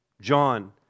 John